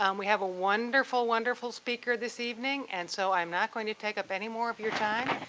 um we have a wonderful, wonderful speaker this evening and so i'm not going to take up any more of your time,